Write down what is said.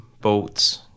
boats